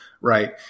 right